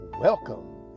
welcome